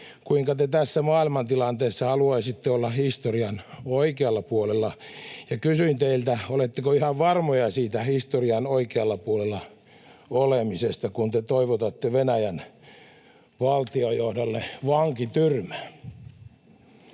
kuinka te tässä maailmantilanteessa haluaisitte olla historian oikealla puolella, ja kysyin teiltä, oletteko ihan varmoja siitä historian oikealla puolella olemisesta, kun te toivotatte Venäjän valtiojohdolle vankityrmää.